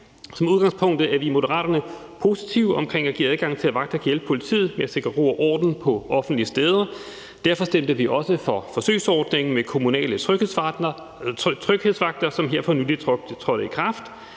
Som udgangspunkt er vi i Moderaterne positive omkring at give adgang til, at vagter kan hjælpe politiet med at sikre ro og orden på offentlige steder. Derfor stemte vi også for forsøgsordningen med kommunale tryghedsvagter, som her for nylig trådte i kraft.